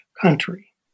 country